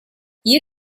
you